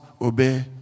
obey